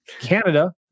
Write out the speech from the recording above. Canada